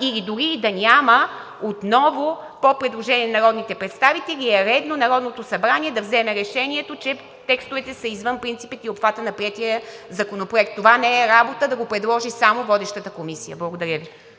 или дори и да няма, отново по предложение на народните представители е редно Народното събрание да вземе решението, че текстовете са извън принципите и обхвата на приетия законопроект. Това не е работа да го предложи само водещата комисия. Благодаря Ви.